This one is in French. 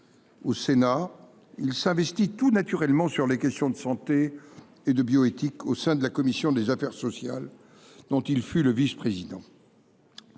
Au Sénat, il s’investit tout naturellement dans les questions de santé et de bioéthique au sein de la commission des affaires sociales, dont il fut le vice président.